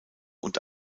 und